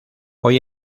hoy